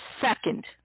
second